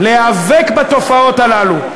להיאבק בתופעות הללו,